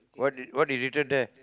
what they what did they written there